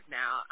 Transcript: now